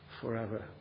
forever